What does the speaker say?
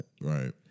Right